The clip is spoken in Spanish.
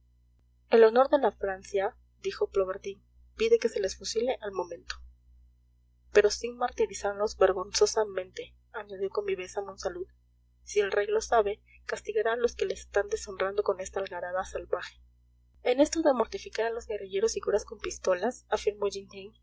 el honor de la francia dijo plobertin pide que se les fusile al momento pero sin martirizarlos vergonzosamente añadió con viveza monsalud si el rey lo sabe castigará a los que le están deshonrando con esta algarada salvaje en esto de mortificar a los guerrilleros y curas con pistolas